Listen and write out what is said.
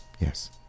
yes